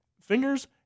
fingers